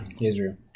Israel